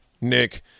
Nick